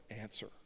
answer